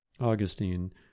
Augustine